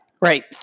Right